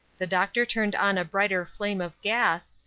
the doctor turned on a brighter flame of gas,